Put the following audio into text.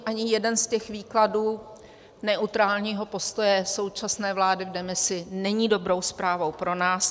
Ani jeden z těch výkladů neutrálního postoje současné vlády v demisi není dobrou zprávou pro nás.